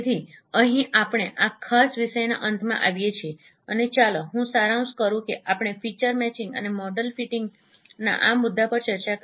તેથી અહીં આપણે આ ખાસ વિષયના અંતમાં આવીએ છીએ અને ચાલો હું સારાંશ કરું કે આપણે ફીચર મેચિંગ અને મોડેલ ફિટિંગના આ મુદ્દા પર ચર્ચા કરી